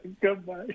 Goodbye